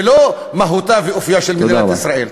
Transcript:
ולא מהותה ואופייה של מדינת ישראל.